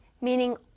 meaning